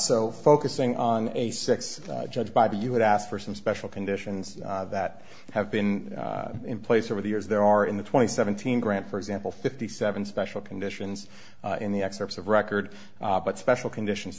so focusing on a six judged by b you would ask for some special conditions that have been in place over the years there are in the twenty seven thousand grant for example fifty seven special conditions in the excerpts of record but special conditions